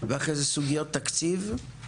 ואחרי זה סוגיות תקציב;